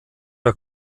der